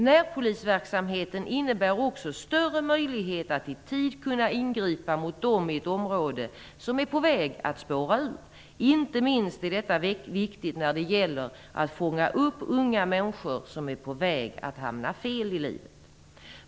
Närpolisverksamheten innebär också större möjlighet att i tid ingripa mot dem i ett område som är på väg att spåra ur. Inte minst är detta viktigt när det gäller att fånga upp unga människor som är på väg att hamna fel i livet.